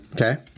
Okay